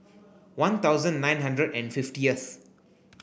one thousand nine hundred and fiftieth